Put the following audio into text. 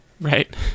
right